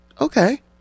okay